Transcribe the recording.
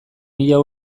mila